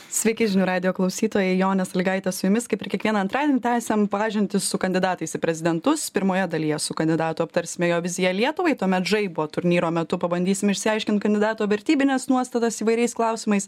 sveiki žinių radijo klausytojai jonė sąlygaitė su jumis kaip ir kiekvieną antradienį tęsiam pažintis su kandidatais į prezidentus pirmoje dalyje su kandidatu aptarsime jo viziją lietuvai tuomet žaibo turnyro metu pabandysim išsiaiškint kandidato vertybines nuostatas įvairiais klausimais